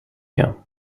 you